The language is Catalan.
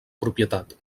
propietat